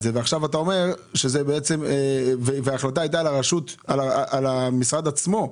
זה ועכשיו אתה אומר שההחלטה על המשרד עצמו.